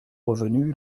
revenu